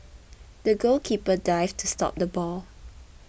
the goalkeeper dived to stop the ball